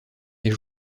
est